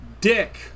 dick